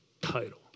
title